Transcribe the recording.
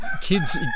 kids